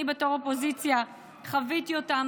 אני בתור אופוזיציה חוויתי אותם.